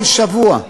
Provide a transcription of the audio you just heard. כל שבוע.